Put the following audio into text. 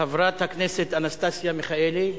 חברת הכנסת אנסטסיה מיכאלי,